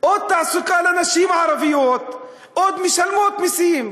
עוד תעסוקה לנשים הערביות, עוד משלמות מסים.